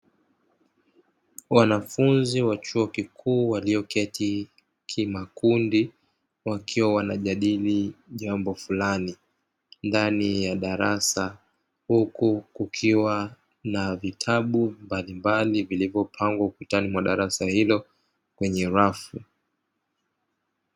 Wanafunzi wa chuo kikuu walioketi kimakundi, wakiwa wanajadili jambo fulani ndani ya darasa, huku kukiwa na vitabu mbalimbali vilivyopangwa ukutani mwa darasa hilo kwenye rafu.